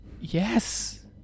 yes